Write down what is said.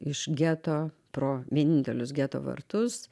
iš geto pro vienintelius geto vartus